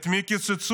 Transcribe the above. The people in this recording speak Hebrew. את מי קיצצו?